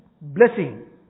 blessing